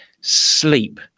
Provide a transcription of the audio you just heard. Sleep